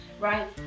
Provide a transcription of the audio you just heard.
right